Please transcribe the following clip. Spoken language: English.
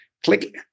click